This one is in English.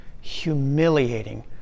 humiliating